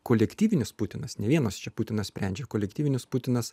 kolektyvinis putinas ne vienas čia putinas sprendžia kolektyvinis putinas